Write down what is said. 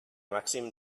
màxim